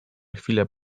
chwilę